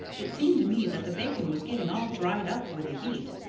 it seemed to me that the bacon was getting all dried up with the heat.